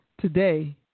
today